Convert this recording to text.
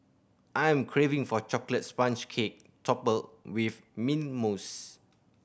I am craving for chocolate sponge cake topped with mint mousse